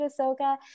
Ahsoka